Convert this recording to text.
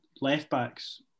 left-back's